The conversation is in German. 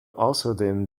außerdem